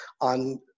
on